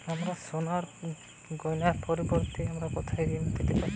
আমার সোনার গয়নার বিপরীতে আমি কোথায় ঋণ পেতে পারি?